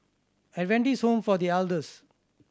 Adventist Home for The Elders